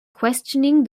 questioning